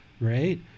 right